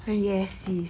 yes sis